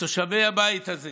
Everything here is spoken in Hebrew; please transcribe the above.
ותושבי הבית הזה